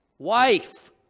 Wife